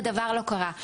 הדבר לא קרה.